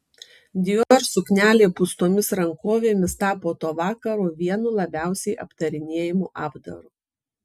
dior suknelė pūstomis rankovėmis tapo to vakaro vienu labiausiai aptarinėjamu apdaru